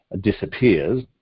disappears